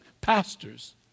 pastors